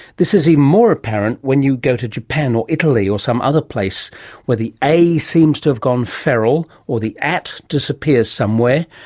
this is even more apparent when you go to japan or italy or some other place where the a seems to have gone feral or the at disappears somewhere.